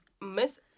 Miss